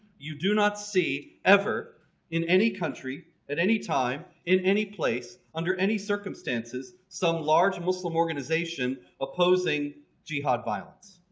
you do not see ever in any country at any time in any place under any circumstances some large muslim organization opposing jihad violence.